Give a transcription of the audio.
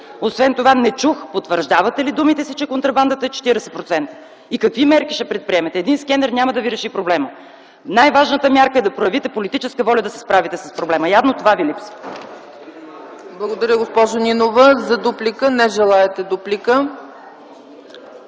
Освен това не чух – потвърждавате ли думите си, че контрабандата е 40%? И какви мерки ще предприемете?! Един скенер няма да ви реши проблема. Най-важната мярка е да проявите политическа воля да се справите с проблема. Явно това ви липсва.